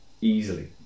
Easily